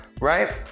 Right